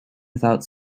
without